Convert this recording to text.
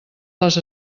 les